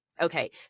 Okay